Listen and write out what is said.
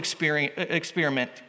experiment